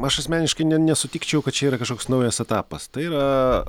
aš asmeniškai ne nesutikčiau kad čia yra kažkoks naujas etapas tai yra